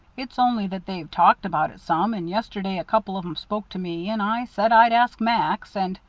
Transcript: it's only that they've talked about it some, and yesterday a couple of em spoke to me, and i said i'd ask max, and